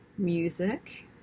Music